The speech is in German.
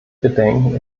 bedenken